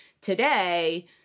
today